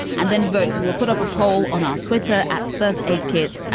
and then vote will put up a poll on our twitter at first aid kit.